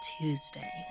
Tuesday